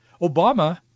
Obama